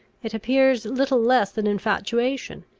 it appears little less than infatuation.